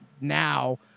now